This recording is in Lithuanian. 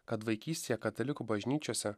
kad vaikystėje katalikų bažnyčiose